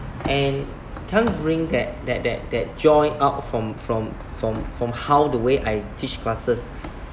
and can't bring that that that that joy out from from from from how the way I teach classes